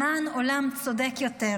למען עולם צודק יותר,